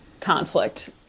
conflict